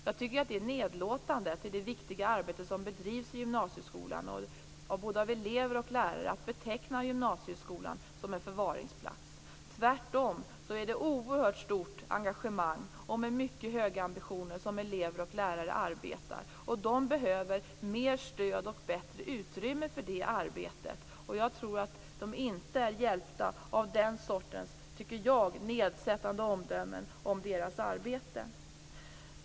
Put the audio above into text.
Jag tycker att det är nedlåtande att beteckna gymnasieskolan som en förvaringsplats med tanke på det viktiga arbete som bedrivs i gymnasieskolan av både elever och lärare. Det är tvärtom med oerhört stort engagemang och med mycket höga ambitioner som elever och lärare arbetar. De behöver mer stöd och bättre utrymme för det arbetet. Jag tror inte att de är hjälpta av den sortens, tycker jag, nedsättande omdömen om sitt arbete.